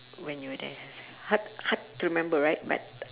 when you're there hard hard to remember right but